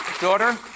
Daughter